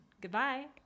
Goodbye